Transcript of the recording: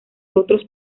otros